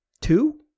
Two